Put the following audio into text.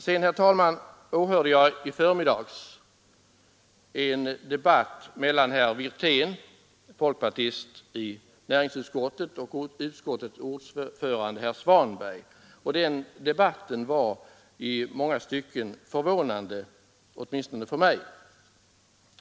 Jag hörde i förmiddags en debatt mellan herr Wirtén, folkpartist i 71. M. näringsutskottet, och utskottets ordförande herr Svanberg. Den debatten var i många stycken förvånande åtminstone för mig.